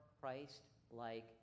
Christ-like